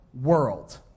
world